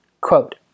Quote